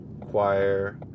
choir